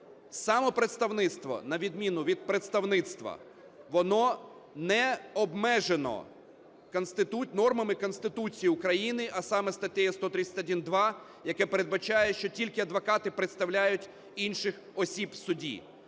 самопредставництво, на відміну від представництва, воно не обмежено нормами Конституції України, а саме статтею 131-2, яке передбачає, що тільки адвокати представляють інших осіб у суді.